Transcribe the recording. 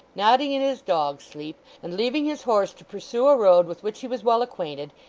nodding in his dog sleep, and leaving his horse to pursue a road with which he was well acquainted,